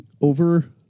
over